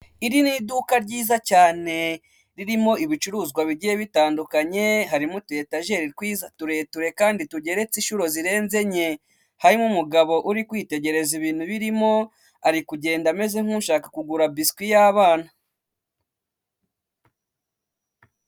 Abanyonzi b'amagare bakorera mu karere ka Kicukiro, baravuga ko ibikorwa bahawe n'umukuru w'igihugu, byabagiriye ikizere cyo kwishakira ubuzima, bitewe n'uko bubakiye umuhanda mwiza.